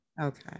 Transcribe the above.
okay